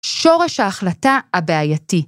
שורש ההחלטה הבעייתי.